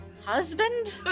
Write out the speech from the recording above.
husband